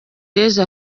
yesu